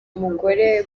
mugore